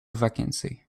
vacancy